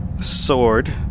Sword